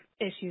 issues